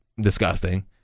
disgusting